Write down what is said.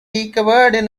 recovered